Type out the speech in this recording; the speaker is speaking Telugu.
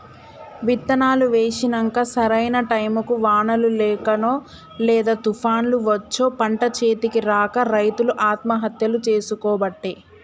విత్తనాలు వేశినంక సరైన టైముకు వానలు లేకనో లేదా తుపాన్లు వచ్చో పంట చేతికి రాక రైతులు ఆత్మహత్యలు చేసికోబట్టే